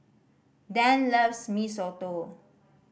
Dann loves Mee Soto